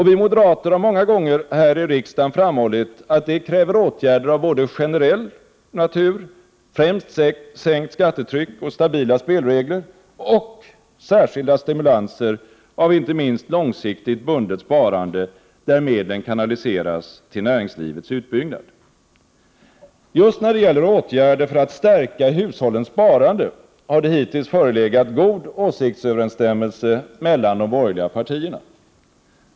Vi moderater har många gånger här i riksdagen framhållit att det kräver åtgärder av både generell natur, främst sänkt skattetryck och stabila spelregler, och särskilda stimulanser av inte minst långsiktigt bundet sparande, där medlen kanaliseras till näringslivets utbyggnad. Just när det gäller åtgärder för att stärka hushållens sparande har det hittills förelegat god åsiktsöverensstämmelse mellan de borgerliga partierna.